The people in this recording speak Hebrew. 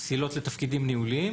פסילות לתפקידים ניהוליים,